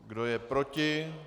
Kdo je proti?